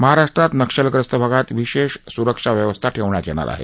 महाराष्ट्रात नक्षलग्रस्त भागात विशेष स्रक्षा व्यवस्था ठेवण्यात येणार आहे